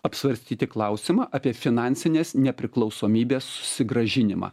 apsvarstyti klausimą apie finansinės nepriklausomybės susigrąžinimą